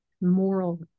moral